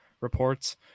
reports